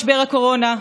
משבר הקורונה,